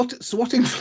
swatting